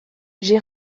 j’ai